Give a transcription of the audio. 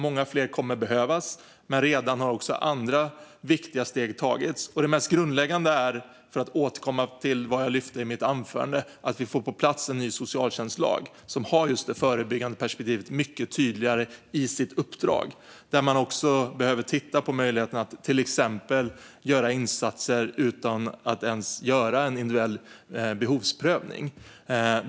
Många fler steg kommer att behövas, men redan nu har också andra viktiga steg tagits. Det mest grundläggande är - för att återkomma till det jag lyfte fram i mitt anförande - att vi får på plats en ny socialtjänstlag där just det förebyggande perspektivet är mycket tydligare och där man också behöver titta på möjligheten att till exempel göra insatser utan att ens göra en individuell behovsprövning.